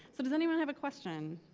so does anyone have a question?